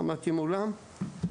עמדתי מולה,